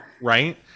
Right